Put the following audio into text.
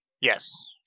Yes